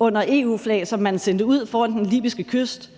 under EU-flag, som man sendte ud foran den libyske kyst,